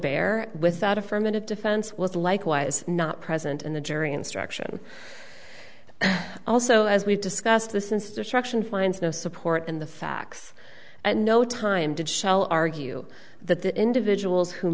bear without affirmative defense was likewise not present in the jury instruction also as we've discussed this instruction finds no support in the facts and no time did shell argue that the individuals who